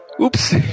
Oops